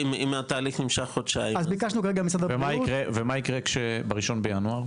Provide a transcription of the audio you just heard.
ומה יקרה בראשון בינואר?